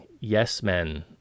yes-men